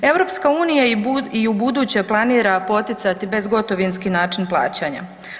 EU i ubuduće planira poticati bezgotovinski način plaćanja.